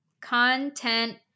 Content